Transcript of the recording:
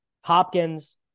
Hopkins